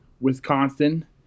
Wisconsin